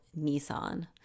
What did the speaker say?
Nissan